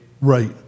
Right